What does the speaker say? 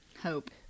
Hope